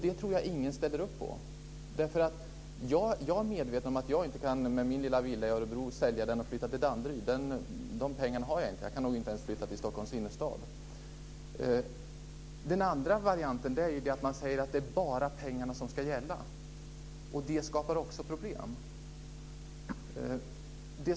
Det tror jag inte att någon ställer upp på. Jag är medveten om att jag inte kan sälja min lilla villa i Örebro och flytta till Danderyd. Det räcker inte mina pengar till. Jag kan nog inte ens flytta till Den andra varianten är att säga att det bara är pengarna som ska gälla. Också det skapar problem.